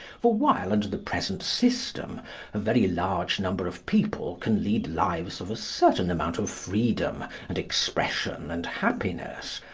for while under the present system a very large number of people can lead lives of a certain amount of freedom and expression and happiness,